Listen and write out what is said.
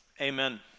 Amen